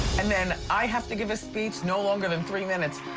and then i have to give a speech no longer than three minutes.